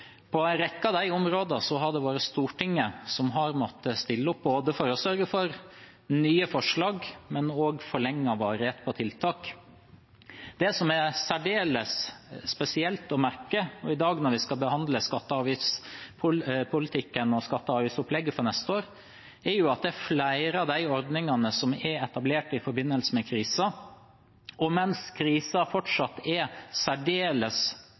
På en rekke av de områdene har det vært Stortinget som har måttet stille opp – for å sørge for nye forslag, men også for forlenget varighet på tiltak. Det som er særdeles spesielt å merke seg, også i dag når vi skal behandle skatte- og avgiftspolitikken og skatte- og avgiftsopplegget for neste år, er at det er flere av de ordningene som er etablert i forbindelse med krisen, som – mens krisen fortsatt er særdeles